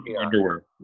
underwear